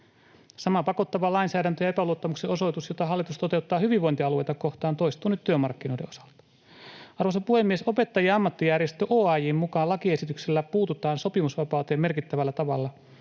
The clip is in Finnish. Sama pakottava lainsäädäntö ja epäluottamuksen osoitus, jota hallitus toteuttaa hyvinvointialueita kohtaan, toistuu nyt työmarkkinoiden osalta. Arvoisa puhemies! Opettajien ammattijärjestö OAJ:n mukaan lakiesityksellä puututaan sopimusvapauteen merkittävällä tavalla.